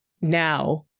now